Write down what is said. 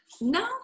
No